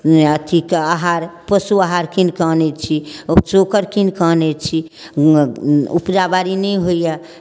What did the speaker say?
नहि अथिके आहार पशुआहार कीनि कऽ आनै छी चोकर कीनि कऽ आनै छी उपजा बारी नहि होइए